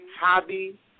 hobby